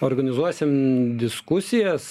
organizuosim diskusijas